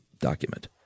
document